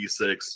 D6